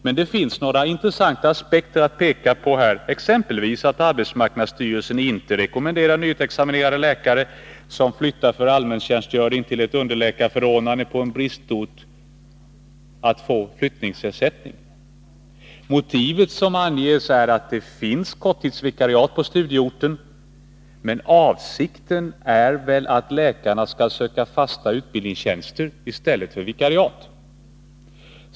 Men det finns några intressanta aspekter att peka på här, exempelvis att arbetsmarknadsstyrelsen inte rekommenderar att nyexaminerade läkare, som flyttar för allmäntjänstgöring till ett underläkarförordnande på en bristort, skall få flyttningsersättning. Motivet som anges är att det finns korttidsvikariat på studieorten. Men avsikten är ju att läkarna skall söka fasta utbildningstjänster i stället för vikariat.